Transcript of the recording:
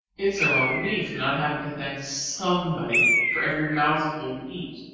it's a relief not having to thank somebody for every mouthful you eat.